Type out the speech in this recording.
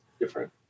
different